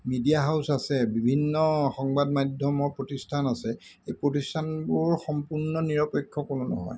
media house আছে বিভিন্ন সংবাদ মাধ্যমৰ প্ৰতিষ্ঠান আছে এই প্ৰতিষ্ঠানবোৰ সম্পূৰ্ণ নিৰপেক্ষ কোনো নহয়